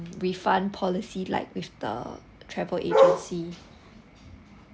refund policy like with the travel agency